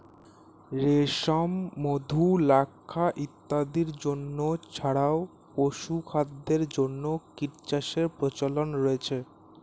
রেশম, মধু, লাক্ষা ইত্যাদির জন্য ছাড়াও পশুখাদ্যের জন্য কীটচাষের প্রচলন রয়েছে